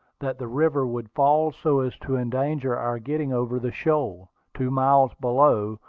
that the river would fall so as to endanger our getting over the shoal, two miles below,